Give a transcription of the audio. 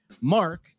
Mark